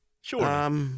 Sure